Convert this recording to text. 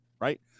right